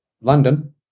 London